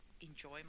enjoy